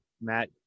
Matt